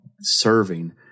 serving